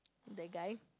that guy